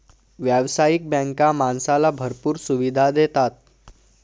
व्यावसायिक बँका माणसाला भरपूर सुविधा देतात